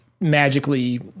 magically